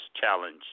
challenge